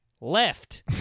left